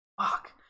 Fuck